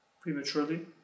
prematurely